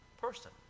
person